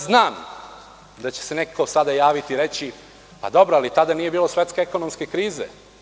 Znam da će se neko sada javiti i reći – pa dobro, ali tada nije bilo svetske ekonomske krize.